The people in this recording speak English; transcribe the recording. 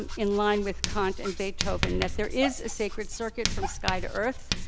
and in line with kant and beethoven, that there is a sacred circuit from sky to earth,